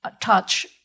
touch